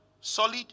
solid